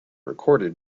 recorded